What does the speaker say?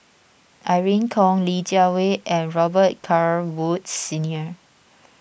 Irene Khong Li Jiawei and Robet Carr Woods Senior